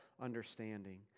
understanding